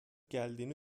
geldiğini